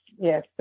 yes